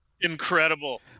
incredible